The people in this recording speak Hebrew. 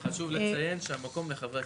החליטו שאין ראיות,